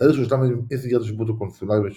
תהליך שהושלם עם סגירת השיפוט הקונסולרי של